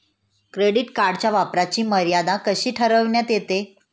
Credit कार्डच्या वापराची मर्यादा कशी ठरविण्यात येते?